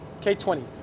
K20